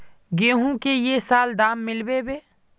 गेंहू की ये साल दाम मिलबे बे?